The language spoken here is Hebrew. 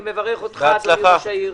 אני מברך אותך, אדוני ראש העיר.